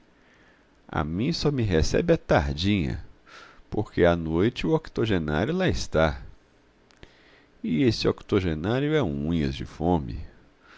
mim só me recebe à tardinha porque à noite o octogenário lá está e esse octogenário é um unhas de fome